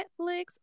Netflix